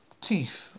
Teeth